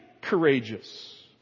courageous